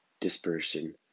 dispersion